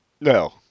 No